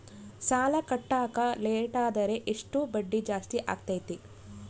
ಸಾಲ ಕಟ್ಟಾಕ ಲೇಟಾದರೆ ಎಷ್ಟು ಬಡ್ಡಿ ಜಾಸ್ತಿ ಆಗ್ತೈತಿ?